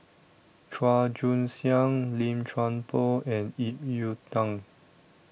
Chua Joon Siang Lim Chuan Poh and Ip Yiu Tung